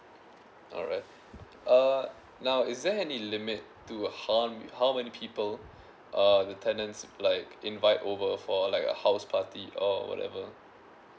alright uh now is there any limit to how how many people err the tenants like invite over for like a house party or whatever